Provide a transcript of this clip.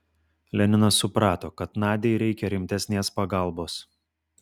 leninas suprato kad nadiai reikia rimtesnės pagalbos